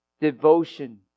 devotion